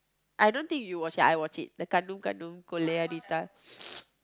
I don't think you watched it I watched it the cartoon cartoon